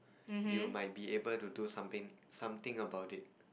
you might be able to do something something about it